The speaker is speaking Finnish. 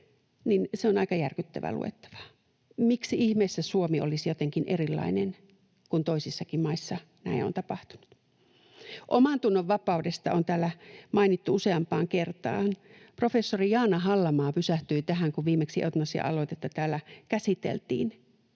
se on aika järkyttävää luettavaa. Miksi ihmeessä Suomi olisi jotenkin erilainen, kun toisissakin maissa näin on tapahtunut? Omantunnonvapaudesta on täällä mainittu useampaan kertaan. Professori Jaana Hallamaa pysähtyi tähän, kun viimeksi eutanasia-aloitetta täällä käsiteltiin,